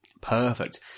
Perfect